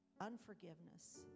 Unforgiveness